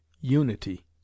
unity